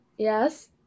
yes